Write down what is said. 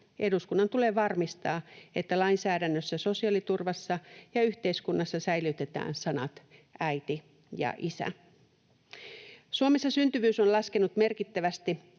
Eduskunnan tulee varmistaa, että lainsäädännössä, sosiaaliturvassa ja yhteiskunnassa säilytetään sanat äiti ja isä. Suomessa syntyvyys on laskenut merkittävästi,